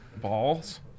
balls